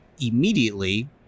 immediately